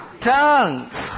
tongues